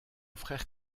frère